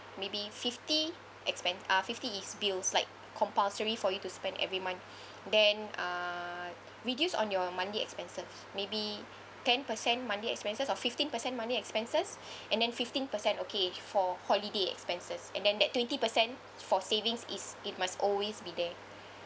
maybe fifty expen~ uh fifty is bills like compulsory for you to spend every month then uh reduce on your monthly expenses maybe ten percent monthly expenses or fifteen percent monthly expenses and then fifteen percent okay for holiday expenses and then that twenty percent for savings is it must always be there